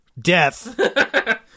Death